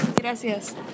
Gracias